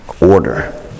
Order